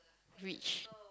which